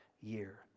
year